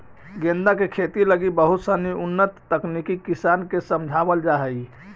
गेंदा के खेती लगी बहुत सनी उन्नत तकनीक किसान के समझावल जा हइ